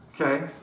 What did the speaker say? Okay